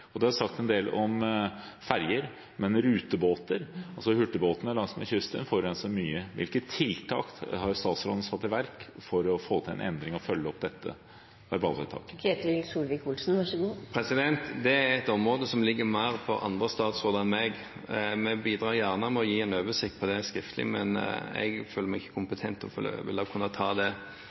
Det er sagt en del om ferger, men rutebåter, altså hurtigbåtene langs kysten, forurenser mye. Hvilke tiltak har statsråden satt i verk for å få til en endring og følge opp anmodningsvedtaket? Det er et område som mer ligger under andre statsråder enn meg. Vi bidrar gjerne med å gi en oversikt over det skriftlig, men jeg føler meg ikke kompetent til å kunne ta det her jeg står nå, rett og slett fordi det